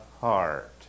heart